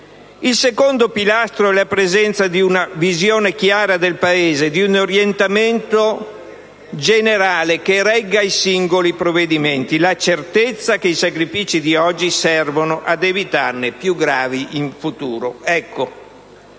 Il secondo pilastro è la presenza di una visione chiara del Paese, di un orientamento generale che regga i singoli provvedimenti, la certezza che i sacrifici di oggi servono ad evitarne di più gravi in futuro. Ecco,